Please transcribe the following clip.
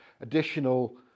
additional